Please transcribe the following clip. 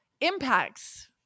impacts